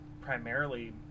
primarily